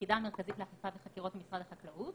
היחידה המרכזית לאכיפה וחקירות במשרד החקלאות,